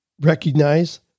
recognize